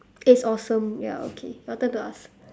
it's awesome ya okay your turn to ask